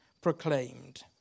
proclaimed